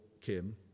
Kim